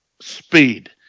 speed